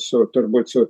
su turbūt su